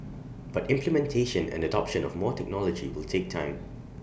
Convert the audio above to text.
but implementation and adoption of more technology will take time